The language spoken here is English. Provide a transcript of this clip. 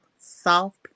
soft